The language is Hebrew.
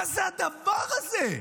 מה זה הדבר הזה?